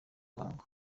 muhango